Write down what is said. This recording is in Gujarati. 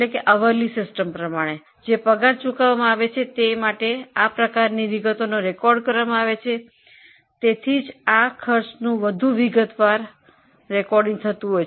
જેના માટે તેમને પગાર ચૂકવવામાં આવે છે આ પ્રકારની વિગતો નોંધ કરવામાં આવે છે આ ખર્ચનું વધુ વિગતવાર નોંધણી છે